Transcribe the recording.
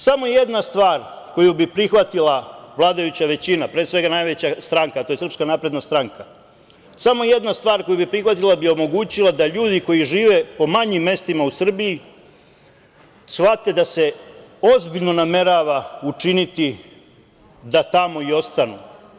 Samo jedna stvar koju bi prihvatila vladajuća većina, pre svega najveća stranka, a to je SNS, samo jedna stvar koju bi prihvatila bi omogućila da ljudi koji žive po manjim mestima u Srbiji shvate da se ozbiljno namerava učiniti da tamo i ostanu.